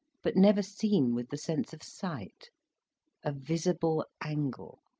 but never seen with the sense of sight a visible angle.